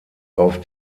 auf